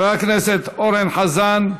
חבר הכנסת אורן חזן,